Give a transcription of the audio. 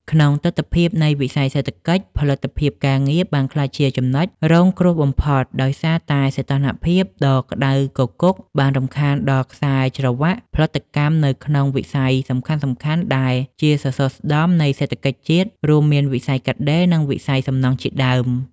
ក្នុងទិដ្ឋភាពនៃវិស័យសេដ្ឋកិច្ច ផលិតភាពការងារបានក្លាយជាចំណុចរងគ្រោះបំផុត ដោយសារតែសីតុណ្ហភាពដ៏ក្ដៅគគុកបានរំខានដល់ខ្សែច្រវាក់ផលិតកម្មនៅក្នុងវិស័យសំខាន់ៗដែលជាសសរស្តម្ភនៃសេដ្ឋកិច្ចជាតិ រួមមានវិស័យកាត់ដេរ និងវិស័យសំណង់ជាដើម។